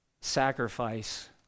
sacrifice